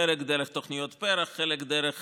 חלק דרך